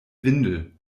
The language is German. windel